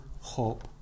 Hope